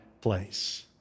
place